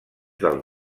dels